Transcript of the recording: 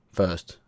first